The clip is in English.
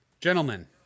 gentlemen